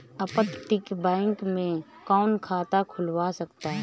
अपतटीय बैंक में कौन खाता खुलवा सकता है?